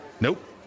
Nope